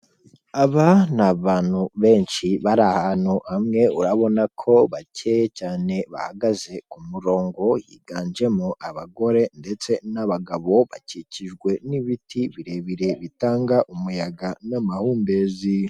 Aba ni abantu benshi bari ahantu hamwe urabona ko bakeye cyane bahagaze ku murongo, higanjemo abagore ndetse n'abagabo, bakikijwe n'ibiti birebire bitanga umuyaga n'amahumbezi.